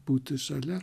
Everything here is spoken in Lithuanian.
būti šalia